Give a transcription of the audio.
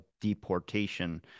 deportation